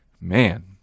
man